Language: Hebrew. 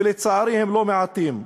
ולצערי הם לא מעטים.